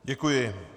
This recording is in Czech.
Děkuji.